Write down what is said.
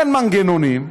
אין מנגנונים,